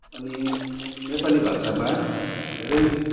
अनि नेपाली भाषामा धेरै